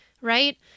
right